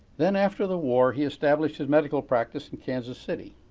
then after the war, he established his medical practice in kansas city.